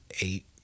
eight